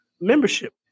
Membership